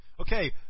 Okay